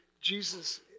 Jesus